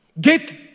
Get